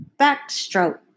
backstroke